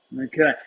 Okay